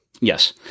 Yes